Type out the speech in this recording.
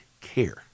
care